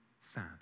sad